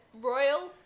royal